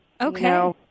Okay